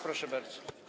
Proszę bardzo.